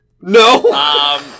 No